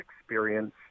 experience